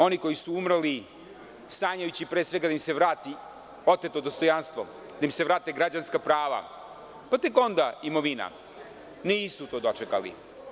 Oni koji su umrli sanjajući pre svega da im se vrati oteto dostojanstvo, da im se vrate građanska prava, pa tek onda imovina, nisu to dočekali.